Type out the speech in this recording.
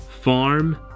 farm